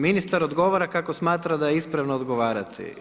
Ministar odgovara kako smatra da je ispravno odgovarati.